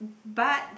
but